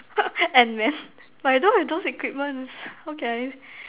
Ant Man but I don't have those equipments how can I